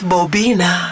Bobina